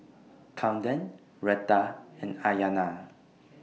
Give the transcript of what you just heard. Kamden Retta and Aiyana